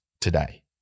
today